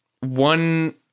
one